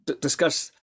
discuss